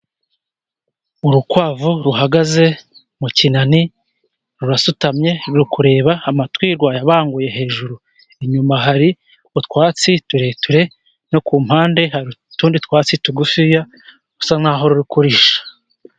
Urukwavu ruhagaze mu kinani rurasutamye, ruri kureba amatwi rwayabanguye hejuru, inyuma hari utwatsi tureture no ku mpande hari utundi twatsi tugufiya, rusa nk'aho ruri kurisha.